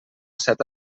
set